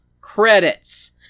credits